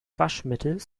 waschmittels